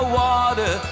water